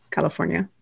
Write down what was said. California